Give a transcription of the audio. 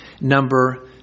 number